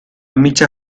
mitja